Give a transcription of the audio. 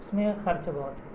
اس میں خرچ بہت ہے